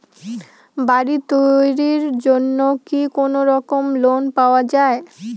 বাড়ি তৈরির জন্যে কি কোনোরকম লোন পাওয়া যাবে?